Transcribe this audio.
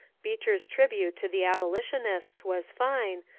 beecher's tribute to the abolitionists was fine,